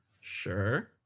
sure